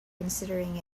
considering